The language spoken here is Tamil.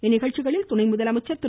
இந்நிகழ்ச்சிகளில் துணை முதலமைச்சர் திரு